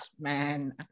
man